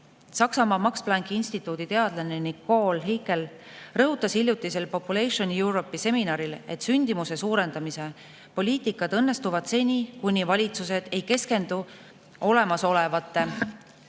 Saksamaa Max Plancki instituudi teadlane Nicole Hiekel rõhutas hiljutisel Population Europe'i seminaril, et sündimuse suurendamise poliitika õnnestub seni, kuni valitsused keskenduvad olemasolevatele